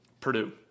Purdue